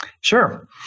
Sure